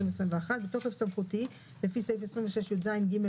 בתוקף סמכותי, לפי סעיף 26.יז.ג.